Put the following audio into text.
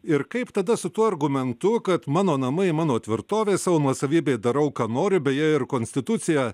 ir kaip tada su tuo argumentu kad mano namai mano tvirtovė savo nuosavybėj darau ką noriu beje ir konstitucija